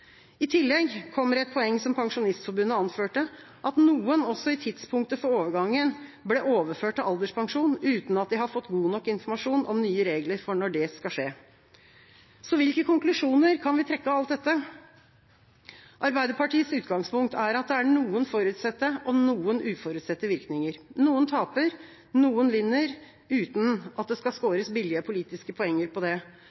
I tillegg kommer et poeng som Pensjonistforbundet anførte, at noen også i tidspunktet for overgangen ble overført til alderspensjon uten at de har fått god nok informasjon om nye regler for når det skal skje. Hvilke konklusjoner kan vi trekke av alt dette? Arbeiderpartiets utgangspunkt er at det er noen forutsette og noen uforutsette virkninger. Noen taper, noen vinner, uten at det skal skåres billige politiske poenger på det.